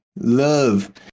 love